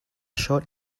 short